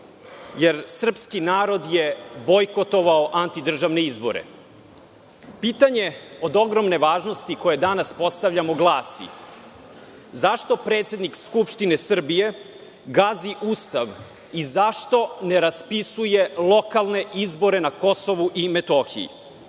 je srpski narod bojkotovao antidržavne izbore. Pitanje od ogromne važnosti koje danas postavljamo glasi – zašto predsednik Skupštine Srbije gazi Ustav i zašto ne raspisuje lokalne izbore na Kosovu i Metohiji?